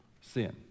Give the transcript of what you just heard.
sin